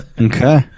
Okay